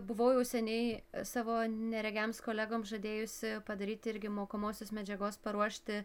buvau jau seniai savo neregiams kolegoms žadėjusi padaryti irgi mokomosios medžiagos paruošti